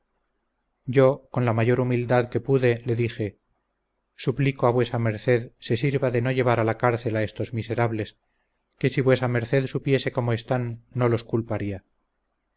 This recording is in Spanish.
yo con la mayor humildad que pude le dije suplico a vuesa merced se sirva de no llevar a la cárcel a estos miserables que si vuesa merced supiese cómo están no los culparía